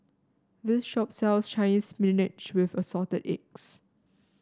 this shop sells Chinese Spinach with Assorted Eggs